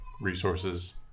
resources